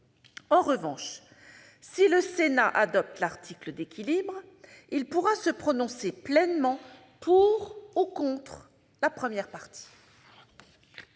En revanche, si le Sénat adopte l'article d'équilibre, il pourra se prononcer pleinement pour ou contre la première partie.